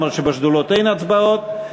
אף שבשדולות אין הצבעות,